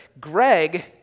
Greg